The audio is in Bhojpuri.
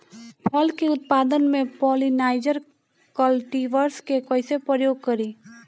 फल के उत्पादन मे पॉलिनाइजर कल्टीवर्स के कइसे प्रयोग करी?